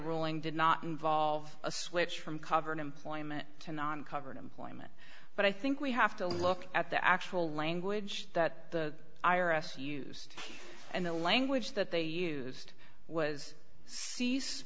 ruling did not involve a switch from cover in employment to non covered employment but i think we have to look at the actual language that the i r s used and the language that they used was